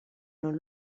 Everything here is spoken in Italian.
non